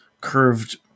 curved